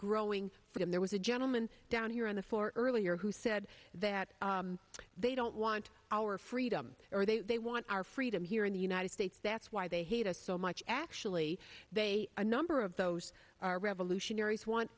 growing freedom there was a gentleman down here on the floor earlier who said that they don't want our freedom or they want our freedom here in the united states that's why they hate us so much actually they are number of those are revolutionaries w